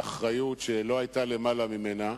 באחריות שלא היתה למעלה ממנה,